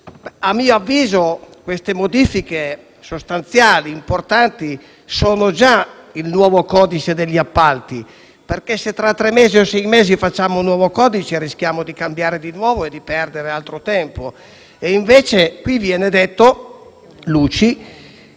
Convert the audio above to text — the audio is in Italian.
A mio avviso, queste modifiche sostanziali e importanti sono già il nuovo codice degli appalti, perché, se fra tre o sei mesi facciamo un nuovo codice, rischiamo di cambiare di nuovo e di perdere altro tempo. Invece qui viene detto (luci)